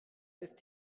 ist